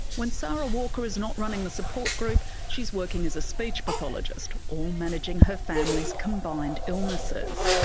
when sara walker is not running the support group, she's working as a speech pathologist, or managing her family's combined illnesses.